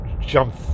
jump